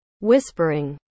Whispering